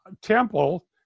temple